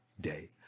day